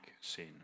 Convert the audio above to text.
sin